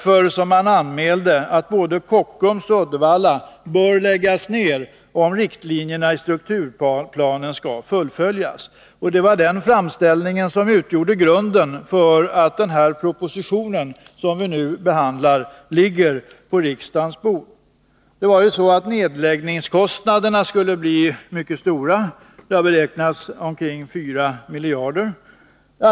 Därför har man anmält att både Kockums och Uddevallavarvet bör läggas ned, om riktlinjerna i strukturplanen skall fullföljas. Det var denna framställning som utgjorde grunden för den proposition som vi nu behandlar. Nedläggningskostnaderna skulle bli mycket stora, ca 4 miljarder kronor.